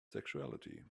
sexuality